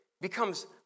becomes